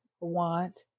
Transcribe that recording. want